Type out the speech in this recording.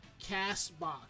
CastBox